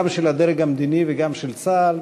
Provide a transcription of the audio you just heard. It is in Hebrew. גם של הדרג המדיני וגם של צה"ל,